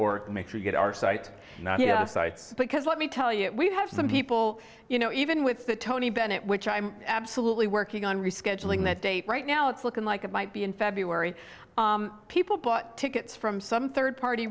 or make sure you get our site sites because let me tell you we have some people you know even with the tony bennett which i'm absolutely working on rescheduling that date right now it's looking like it might be in february people bought tickets from some third party